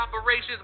operations